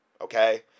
okay